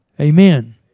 Amen